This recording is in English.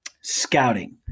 scouting